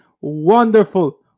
wonderful